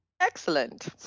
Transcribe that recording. excellent